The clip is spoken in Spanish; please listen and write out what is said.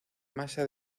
masa